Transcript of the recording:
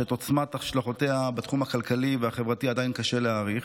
שאת עוצמת השלכותיה בתחום הכלכלי והחברתי עדיין קשה להעריך,